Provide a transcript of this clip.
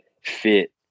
fit